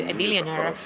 ah millionaire.